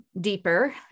deeper